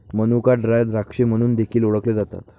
मनुका ड्राय द्राक्षे म्हणून देखील ओळखले जातात